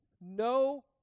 no